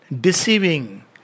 deceiving